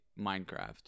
Minecraft